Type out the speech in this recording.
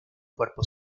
cuerpo